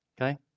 Okay